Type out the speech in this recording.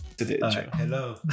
Hello